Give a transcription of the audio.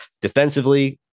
Defensively